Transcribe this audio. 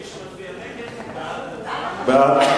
מי שמצביע נגד, הוא בעד הרציפות.